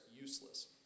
useless